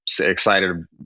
excited